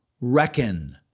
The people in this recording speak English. reckon